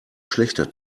schlechter